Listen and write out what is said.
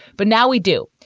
but now we do.